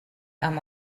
amb